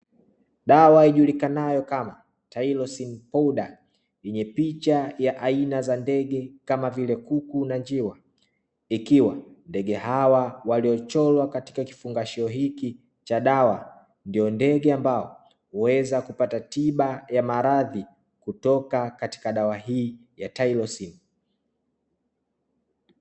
Dawa ijulikanayo kama TYLOSIN POWDER yenye picha ya aina za ndege kama vile kuku na njiwa, ikiwa ndege hawa waliochorwa katika kifungashio hichi cha dawa ndio ndege ambao wanaweza kupata tiba ya maradhi kutoka katika dawa hii ya "TYLOSIN".